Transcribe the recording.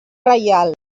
reial